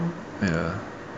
ya